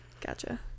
Gotcha